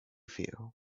feel